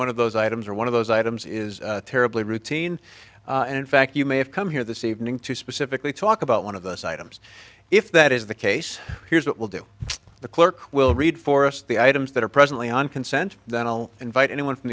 one of those items or one of those items is terribly routine and in fact you may have come here this evening to specifically talk about one of those items if that is the case here's what will do the clerk will read for us the items that are presently on consent then i will invite anyone from